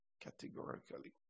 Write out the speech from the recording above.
categorically